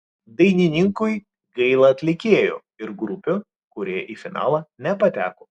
dainininkui gaila atlikėjų ir grupių kurie į finalą nepateko